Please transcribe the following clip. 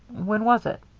when was it?